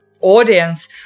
audience